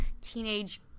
teenage